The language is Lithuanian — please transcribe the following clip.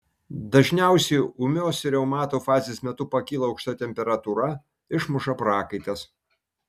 dažniausiai ūmios reumato fazės metu pakyla aukšta temperatūra išmuša prakaitas